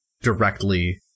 directly